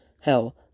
Hell